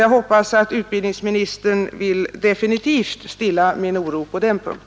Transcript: Jag hoppas att utbildningsministern vill definitivt stilla min oro på denna punkt.